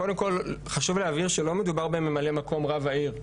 קודם כל חשוב להבהיר שלא מדובר בממלא מקום רב העיר.